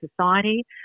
society